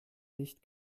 nicht